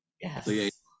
yes